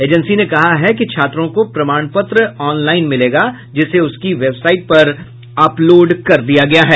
agency ने कहा है कि छात्रों को प्रमाण पत्र ऑनलाइन मिलेगा जिसे उसकी वेबसाइट पर अपलोड कर दिया गया है